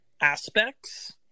aspects